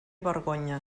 vergonya